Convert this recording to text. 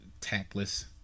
tactless